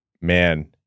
man